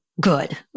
Good